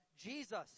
jesus